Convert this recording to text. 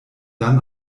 dann